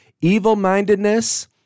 evil-mindedness